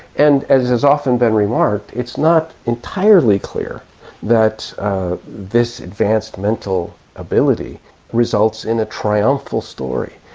and, as has often been remarked, it's not entirely clear that this advanced mental ability results in a triumphal story.